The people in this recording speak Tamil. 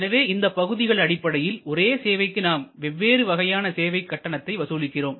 எனவே இந்த பகுதிகளில் அடிப்படையில் ஒரே சேவைக்கு நாம் வெவ்வேறு வகையான சேவை கட்டணத்தை வசூலிக்கிறோம்